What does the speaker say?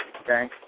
Okay